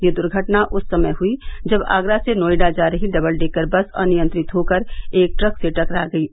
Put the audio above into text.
यह दुर्घटना उस समय हुई जब आगरा से नोएडा जा रही डबल डेकर बस अनियंत्रित होकर एक ट्रक से टकरा गयी